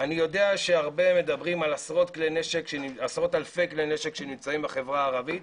אני יודע שהרבה מדברים על עשרות אלפי כלי נשק שנמצאים בחרה הערבית.